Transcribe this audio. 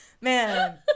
man